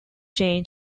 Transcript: chain